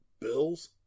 bills